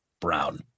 Brown